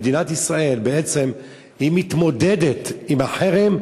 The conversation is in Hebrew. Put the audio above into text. מדינת ישראל מתמודדת עם החרם,